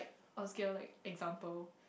obscure like example